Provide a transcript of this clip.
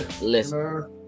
Listen